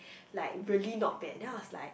like really not bad then I was like